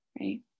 right